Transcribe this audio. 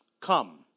come